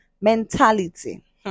mentality